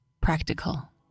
Practical